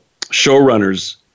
showrunners